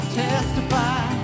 testify